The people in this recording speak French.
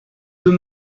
deux